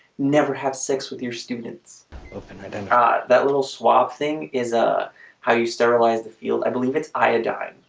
never have sex with your students open i don't know ah that little swab thing is a how you sterilize the field. i believe it's iodine.